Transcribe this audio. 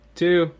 two